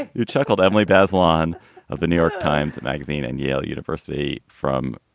you chuckled. emily bazelon of the new york times magazine and yale university from,